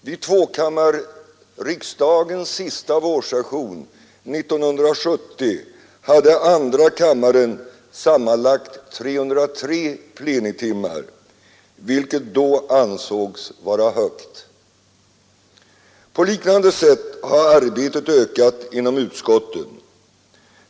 Vid tvåkammarriksdagens sista vårsession 1970 hade andra kammaren sammanlagt 303 plenitimmar, vilket då ansågs vara högt. På liknande sätt har arbetet ökat inom utskotten.